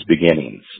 beginnings